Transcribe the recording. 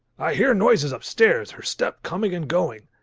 i hear noises upstairs, her step coming and going.